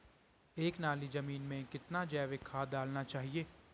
एक नाली जमीन में कितना जैविक खाद डालना चाहिए?